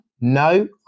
no